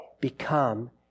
become